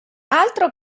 altro